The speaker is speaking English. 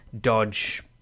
dodge